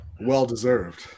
well-deserved